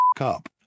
up